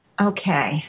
Okay